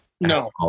No